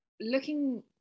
looking